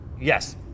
Yes